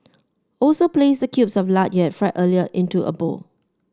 also place the cubes of lard you had fried earlier into a bowl